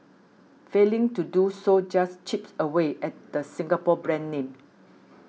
failing to do so just chips away at the Singapore brand name